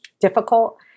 difficult